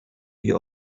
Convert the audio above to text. you